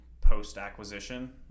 post-acquisition